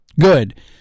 good